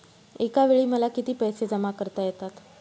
एकावेळी मला किती पैसे जमा करता येतात?